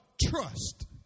Trust